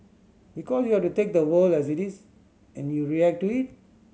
because you have to take the world as it is and you react to it